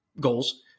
goals